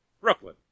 Brooklyn